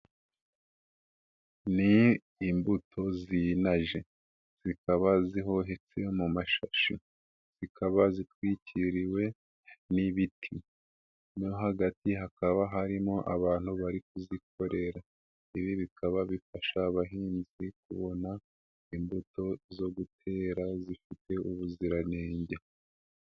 Ni imbuto zinaje, zikaba zihohetse mu mashashi, zikaba zitwikiriwe n'ibiti no hagati hakaba harimo abantu bari kuzikorera, ibi bikaba bifasha abahinzi kubona imbuto zo gutera zifite ubuziranenge.